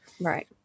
Right